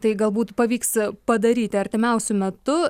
tai galbūt pavyks padaryti artimiausiu metu